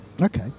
Okay